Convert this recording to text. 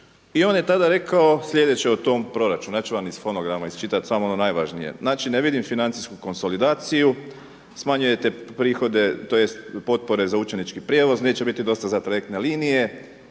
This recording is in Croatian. i on je tada rekao slijedeće o tom proračunu, ja ću vam iz fonograma iščitati samo ono najvažnije. Znači ne vidim financijsku konsolidaciju, smanjujete prihode tj. potpore za učenički prijevoz, neće biti dosta za trajekte linije,